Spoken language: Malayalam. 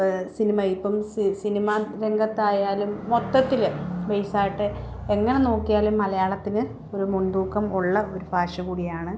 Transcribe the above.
സിനിമയിപ്പം സിനിമാ രംഗത്തായാലും മൊത്തത്തിൽ ബേസ് ആയിട്ട് എങ്ങനെ നോക്കിയാലും മലയാളത്തിന് ഒരു മുൻതൂക്കം ഉള്ള ഒരു ഭാഷ കൂടിയാണ്